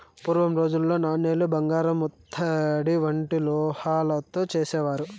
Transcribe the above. పూర్వం రోజుల్లో నాణేలు బంగారు ఇత్తడి వంటి లోహాలతో చేసేవారు